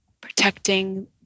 Protecting